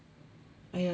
!aiya!